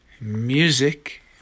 music